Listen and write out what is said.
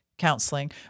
counseling